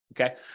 Okay